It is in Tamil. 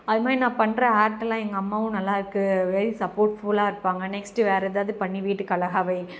அதுமாதிரி நான் பண்ணுற ஆர்ட்டெல்லாம் எங்கள் அம்மாவும் நல்லா இருக்குது வெரி சப்போர்ட்ஃபுல்லாக இருப்பாங்கள் நெக்ஸ்ட்டு வேற ஏதாவது பண்ணி வீட்டுக்கு அழகா வை